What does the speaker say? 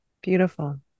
Beautiful